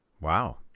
Wow